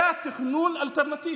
היה תכנון אלטרנטיבי,